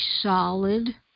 solid